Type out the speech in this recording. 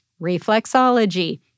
Reflexology